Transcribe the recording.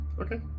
Okay